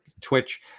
Twitch